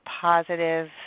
positive